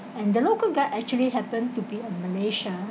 and the local guide actually happen to be a malaysian